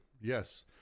yes